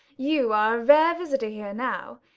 you are a rare visitor here now.